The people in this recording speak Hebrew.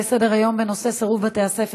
הצעה לסדר-היום בנושא סירוב בתי-הספר